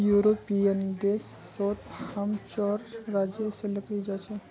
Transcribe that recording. European देश सोत हम चार राज्य से लकड़ी जा छे